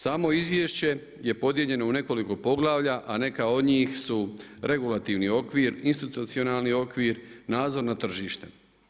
Samo izvješće je podijeljeno u nekoliko poglavlja, a neka od njih su regulativni okvir, institucionalni okvir, nadzorno tržište.